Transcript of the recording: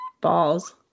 balls